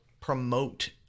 promote